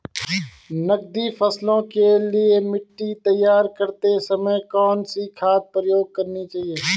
नकदी फसलों के लिए मिट्टी तैयार करते समय कौन सी खाद प्रयोग करनी चाहिए?